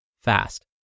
fast